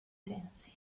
sensi